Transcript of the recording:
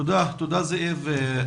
תודה זאב.